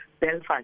Belfast